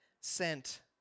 sent